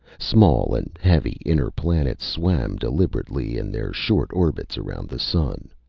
small and heavy inner planets swam deliberately in their short orbits around the sun.